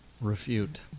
refute